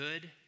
good